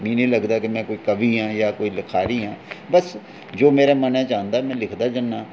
मिगी निं लगदा कि में कोई कवि आं जां कोई लखारी आं बस जो मेरे मनै च आंदा में लिखदे जन्नां